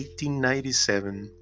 1897